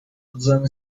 them